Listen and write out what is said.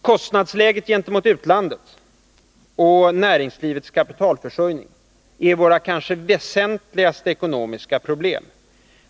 Kostnadsläget gentemot utlandet och näringslivets kapitalförsörjning är våra kanske väsentligaste ekonomiska problem.